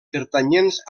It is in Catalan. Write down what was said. pertanyents